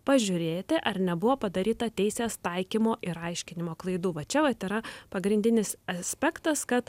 pažiūrėti ar nebuvo padaryta teisės taikymo ir aiškinimo klaidų va čia vat yra pagrindinis aspektas kad